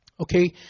Okay